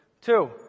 Two